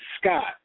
Scott